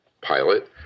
pilot